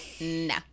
No